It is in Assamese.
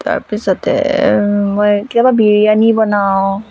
তাৰপিছতে মই কেতিয়াবা বিৰিয়ানী বনাওঁ